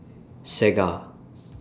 Segar